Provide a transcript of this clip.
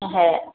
ओहो